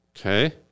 okay